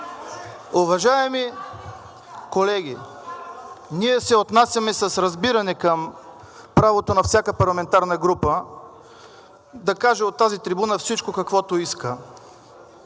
Уважаеми колеги, ние се отнасяме с разбиране към правото на всяка парламентарна група да каже от тази трибуна всичко каквото иска.